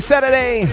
Saturday